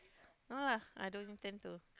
no lah I don't intend to